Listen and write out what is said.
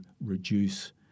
reduce